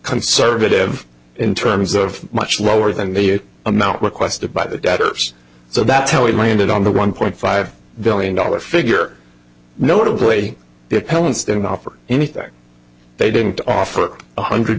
conservative in terms of much lower than the amount requested by the debtors so that's how it minded on the one point five billion dollars figure notably the appellant's didn't offer anything they didn't offer one hundred